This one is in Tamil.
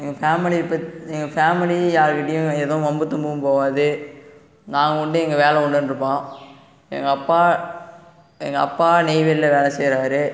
எங்கள் ஃபேமிலி எங்க ஃபேமிலி யாருக்கிட்டேயும் எதுவும் வம்பு தும்புக்கு போகாது நாங்கள் உண்டு எங்கள் வேலை உண்டுன்னு இருப்போம் எங்கள் அப்பா எங்கள் அப்பா நெய்வேலியில் வேலை செய்யறார்